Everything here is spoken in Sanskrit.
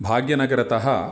भाग्यनगरतः